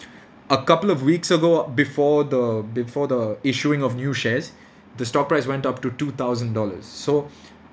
a couple of weeks ago before the before the issuing of new shares the stock price went up to two thousand dollars so